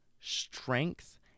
strength